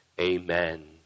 Amen